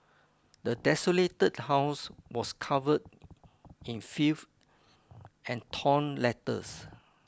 the desolated house was covered in filth and torn letters